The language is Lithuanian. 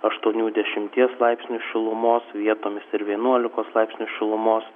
aštuonių dešimties laipsnių šilumos vietomis ir vienuolikos laipsnių šilumos